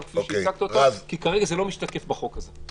כפי שהצגת אותה כי כרגע זה לא משתקף בחוק הזה.